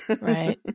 Right